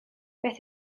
beth